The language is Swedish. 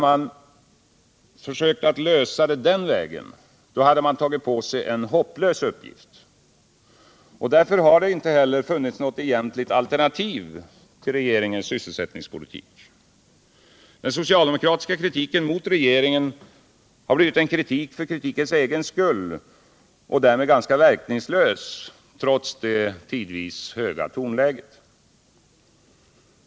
Men då skulle man ha tagit på sig en hopplös uppgift. Därför har det inte heller funnits något egentligt alternativ till regeringens sysselsättningspolitik. Den socialdemokratiska kritiken mot regeringen har blivit en kritik för kritikens egen skull och därmed ganska verkningslös trots det tidvis höga tonläget.